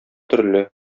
төрле